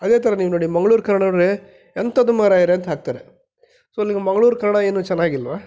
ಅದೇ ಥರ ನೀವು ನೋಡಿ ಮಂಗಳೂರು ಕನ್ನಡ ನೋಡ್ರೆ ಎಂಥದ್ದು ಮಾರಾಯರೇ ಅಂತ ಹಾಕ್ತಾರೆ ಸೊ ನಿಮಗೆ ಮಂಗಳೂರು ಕನ್ನಡ ಏನು ಚೆನ್ನಾಗಿಲ್ವಾ